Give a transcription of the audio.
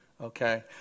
okay